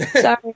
Sorry